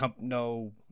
no